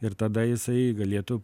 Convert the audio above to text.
ir tada jisai galėtų